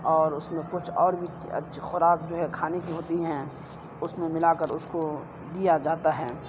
اور اس میں کچھ اور بھی خوراک جو ہے کھانے کی ہوتی ہیں اس میں ملا کر اس کو دیا جاتا ہے